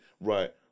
Right